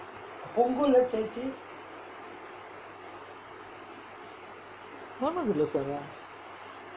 போனதில்லே:ponathillae